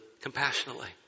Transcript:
compassionately